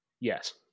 Yes